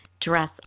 dress